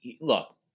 look